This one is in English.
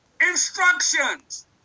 Instructions